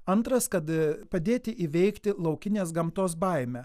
antras kad padėti įveikti laukinės gamtos baimę